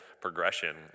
progression